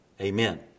Amen